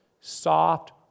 soft